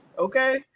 okay